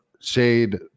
Shade